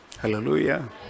Hallelujah